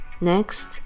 Next